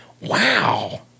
Wow